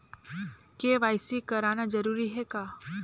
KYC कराना जरूरी है का?